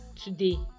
today